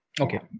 Okay